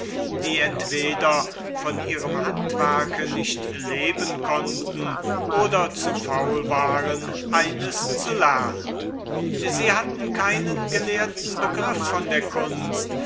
die entweder von ihrem handwerke nicht leben konnten oder zu faul waren eines zu lernen sie hatten keinen gelehrten begriff von der kunst